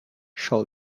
shall